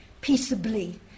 peaceably